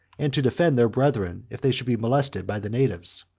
and to defend their brethren if they should be molested by the natives.